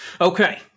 Okay